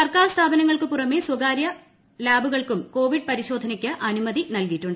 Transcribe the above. സർക്കാർ സ്ഥാപനങ്ങൾക്കു പുറമെ സ്ഥകാര്യ ലാബുകൾക്കും കോവിഡ് പരിശോധനയ്ക്ക് സർക്കാർ അനുമതി നൽകിയിട്ടുണ്ട്